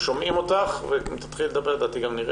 גם כאלה ששפוטים לתקופה קצרה וגם כאלה ששפוטים לתקופה